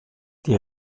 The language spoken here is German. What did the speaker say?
die